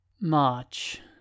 March